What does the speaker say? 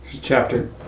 Chapter